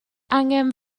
angen